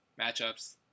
matchups